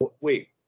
wait